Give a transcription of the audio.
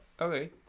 okay